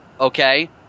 okay